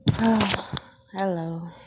Hello